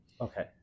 Okay